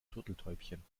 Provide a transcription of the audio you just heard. turteltäubchen